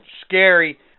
Scary